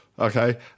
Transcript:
Okay